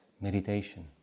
meditation